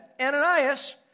Ananias